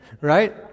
Right